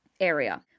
area